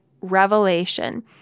revelation